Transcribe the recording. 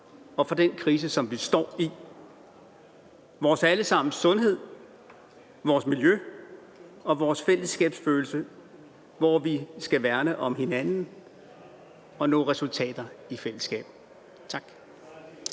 og for den krise, som vi står i – vores alle sammens sundhed, vores miljø og vores fællesskabsfølelse, hvor vi skal værne om hinanden og nå resultater i fællesskab. Tak.